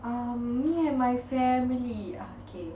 um me and my family okay